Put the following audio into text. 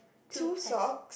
two bag